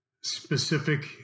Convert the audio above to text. specific